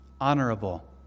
honorable